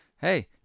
hey